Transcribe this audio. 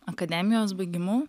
akademijos baigimu